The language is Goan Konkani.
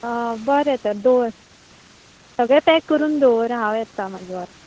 बरें तर दवर सगळे पॅक करून दवर हां येता मागीर व्हरपाक